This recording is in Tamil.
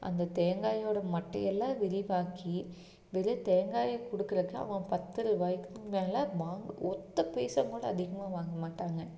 அந்த தேங்காயோட மட்டையெல்லாம் விரிவாக்கி வெறும் தேங்காயை கொடுக்கறக்கு அவங்க பத்து ரூபாய்க்கு மேலே வாங்க ஒத்த பைசா கூட அதிகமாக வாங்க மாட்டாங்க